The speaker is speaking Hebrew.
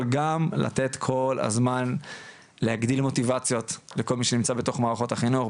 אבל גם לתת כל הזמן להגדיל מוטיבציות לכל מי שנמצא בתוך מערכות החינוך,